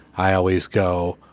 i always go,